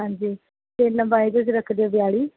ਹਾਂਜੀ ਅਤੇ ਲੰਬਾਈ ਇਹਦੇ 'ਚ ਰੱਖ ਦਿਓ ਬਿਆਲੀ